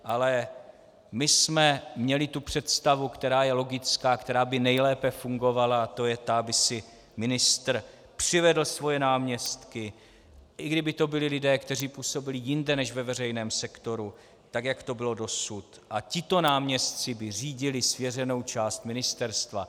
Ale my jsme měli tu představu, která je logická, která by nejlépe fungovala, a to je ta, aby si ministr přivedl svoje náměstky, i kdyby to byli lidé, kteří působili jinde než ve veřejném sektoru, tak jak to bylo dosud, a tito náměstci by řídili svěřenou část ministerstva.